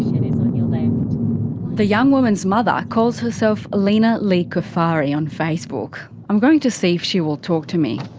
is on your left. arrived. the young woman's mother calls herself leena lee cufari on facebook. i'm going to see if she will talk to me.